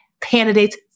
candidates